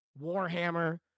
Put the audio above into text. warhammer